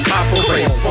operate